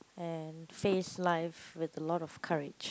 and face life with a lot of courage